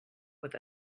with